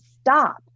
stop